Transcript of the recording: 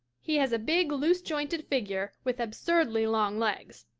he has a big, loose-jointed figure with absurdly long legs.